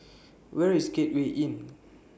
Where IS Gateway Inn